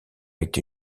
été